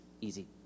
easy